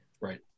Right